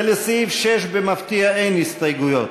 ולסעיף 6, במפתיע, אין הסתייגויות.